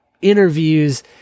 interviews